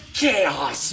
chaos